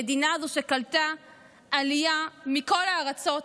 המדינה הזאת קלטה עלייה מכל הארצות,